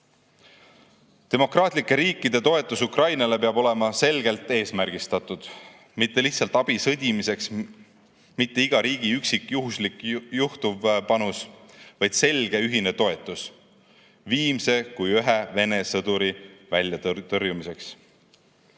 Demokraatlike riikide toetus Ukrainale peab olema selgelt eesmärgistatud, mitte lihtsalt abi sõdimiseks, mitte iga riigi üksik juhuslik panus, vaid selge ühine toetus viimse kui ühe Vene sõduri väljatõrjumiseks.